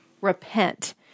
repent